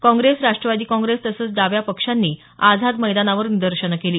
काँग्रेस राष्ट्रवादी कॉग्रेस तसंच डाव्या पक्षांनी आझाद मैदानावर निदर्शनं केली